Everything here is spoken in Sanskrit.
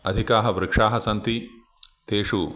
अधिकाः वृक्षाः सन्ति तेषु